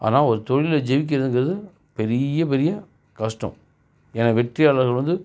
ஆனால் ஒரு தொழிலில் ஜெயிக்கிணுங்குறது பெரிய பெரிய கஷ்டம் ஏன்னா வெற்றியாளர்கள் வந்து